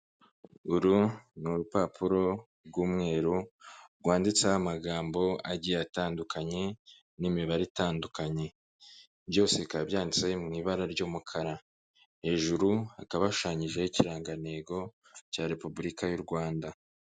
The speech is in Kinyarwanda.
Uru ni urupapuro rw'umweru rwanditseho amagambo agiye atandukanye n'imibare itandukanye. Byose bikaba byanditse mu ibara ry'umukara. Hejuru hakaba hashushanyijeho ikirangantego cya repubulika y'uRwanda.